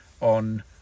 on